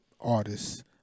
artists